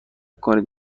کنید